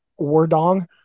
Wardong